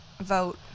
vote